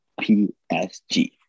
PSG